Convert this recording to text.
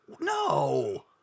no